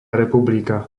republika